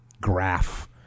graph